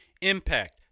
impact